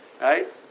Right